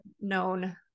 known